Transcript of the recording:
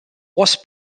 was